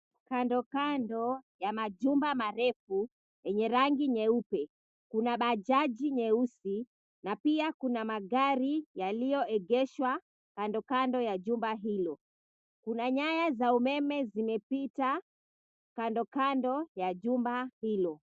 Kando kando ya majumba marefu yenye rangi nyeupe, kuna bajaji nyeusi na pia kuna magari yaliyoegeshwa kando kando ya jumba hilo. Kuna nyaya za umeme zimepita kando kando ya jumba hilo.